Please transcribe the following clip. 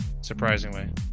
surprisingly